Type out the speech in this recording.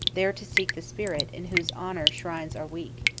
there to seek the spirit, in whose honor shrines are weak,